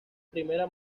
primera